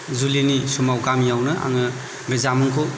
जुलिनि समाव गामियावनो आङो बे जामुंखौ